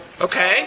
Okay